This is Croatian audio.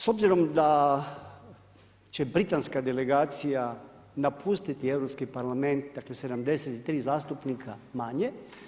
S obzirom da će Britanska delegacija napustiti Europski parlament, dakle 73 zastupnika manje.